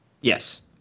Yes